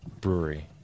Brewery